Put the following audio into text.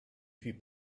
suis